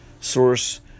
source